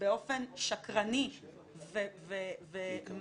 באופן שקרני ומטעה,